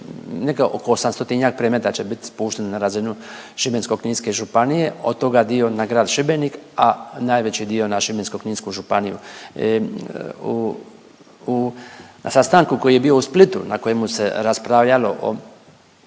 Negdje oko 800-tinjak predmeta će bit spušteno na razinu Šibensko-kninske županije, od toga dio na grad Šibenik, a najveći dio na Šibensko-kninsku županiju. Na sastanku koji je bio u Splitu na kojemu se raspravljalo